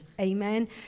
amen